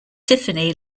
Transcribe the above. tiffany